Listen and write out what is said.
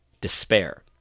despair